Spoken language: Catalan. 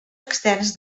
externs